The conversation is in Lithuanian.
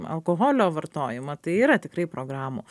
alkoholio vartojimą tai yra tikrai programų